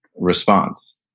response